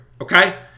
okay